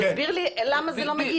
תסביר לי למה זה לא מגיע.